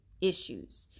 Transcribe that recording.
issues